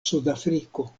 sudafriko